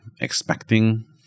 expecting